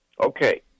Okay